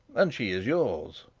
and she is yours.